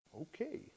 Okay